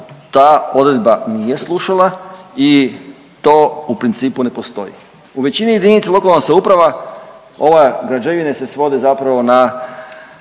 ta odredba nije slušala i to u principu ne postoji. U većini jedinica lokalnih samouprava, ova građevine se svode zapravo na